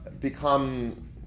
become